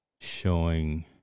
showing